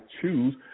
choose